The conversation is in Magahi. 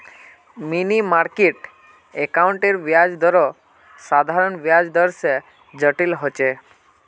मनी मार्किट अकाउंटेर ब्याज दरो साधारण ब्याज दर से जटिल होचे